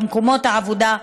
במקומות העבודה,